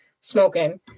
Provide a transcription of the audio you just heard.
smoking